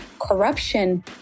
corruption